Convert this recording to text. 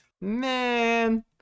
Man